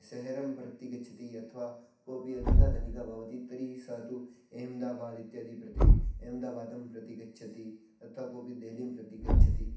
सहरं प्रति गच्छति अथवा कोऽपि अधिकः धनिकः भवति तर्हि सः तु एहेम्दाबाद् इत्यादि प्रति एहेम्दाबादं प्रति गच्छति अथवा कोऽपि देहलीं प्रति गच्छति